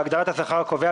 בהגדרת "השכר הקובע",